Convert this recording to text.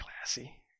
classy